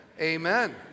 amen